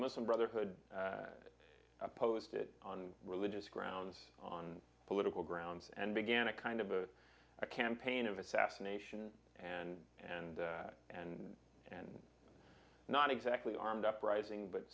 muslim brotherhood opposed it on religious grounds on political grounds and began a kind of a campaign of assassination and and and and not exactly armed uprising but